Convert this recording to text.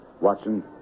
Watson